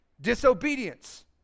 disobedience